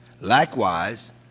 Likewise